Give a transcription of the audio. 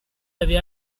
avait